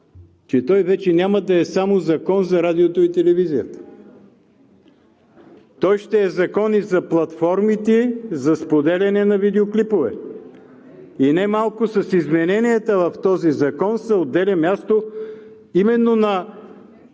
вече няма да е само Закон за радиото и телевизията. Той ще е закон и за платформите за споделяне на видеоклипове. И немалко с измененията в този закон се отделя място именно на